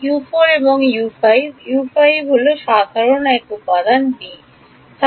U4 এবং U5 U5 হল সাধারণ এক উপাদান b